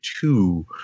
two